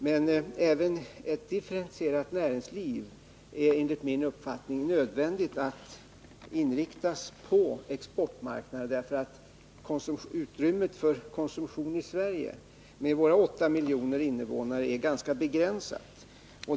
Men även ett differentierat näringsliv måste enligt min mening definitivt inriktas på exportmarknaden, därför att utrymmet för konsumtion i Sverige — med våra åtta miljoner invånare — är ganska begränsat.